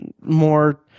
more